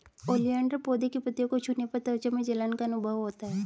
oleander पौधे की पत्तियों को छूने पर त्वचा में जलन का अनुभव होता है